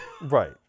Right